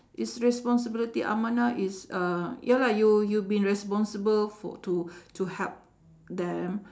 is responsibility amanah is uh ya lah you you been responsible for to to help them